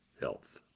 Health